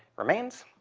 remains.